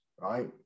right